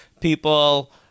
people